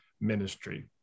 ministry